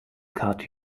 cut